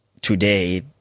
today